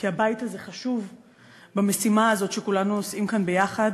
כי הבית הזה חשוב במשימה הזאת שכולנו נושאים כאן ביחד.